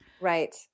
Right